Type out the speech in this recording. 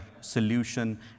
solution